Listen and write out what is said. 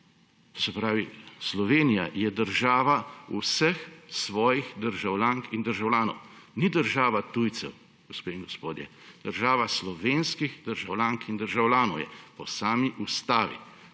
To se pravi, Slovenija je država vseh svojih državljank in državljanov. Ni država tujcev, gospe in gospodje! Država slovenskih državljank in državljanov je. Po sami ustavi.